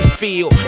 feel